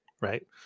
right